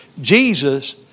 Jesus